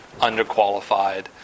underqualified